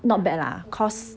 not bad lah cause